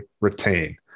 retain